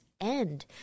end